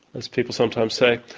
as people sometimes say.